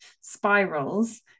spirals